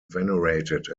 venerated